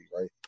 right